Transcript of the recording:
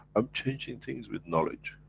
i'm changing things with knowledge